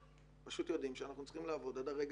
פשוט יודעים שאנחנו צריכים לעבוד עד הרגע